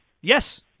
Yes